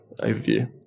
overview